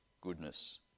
goodness